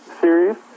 series